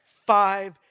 five